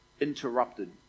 interrupted